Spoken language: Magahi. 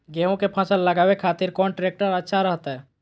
गेहूं के फसल लगावे खातिर कौन ट्रेक्टर अच्छा रहतय?